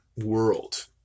world